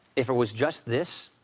if it was just this,